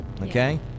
okay